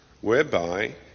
whereby